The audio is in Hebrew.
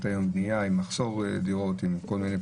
היום עם בנייה ועם מחסור בדירות וכל מיני